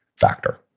factor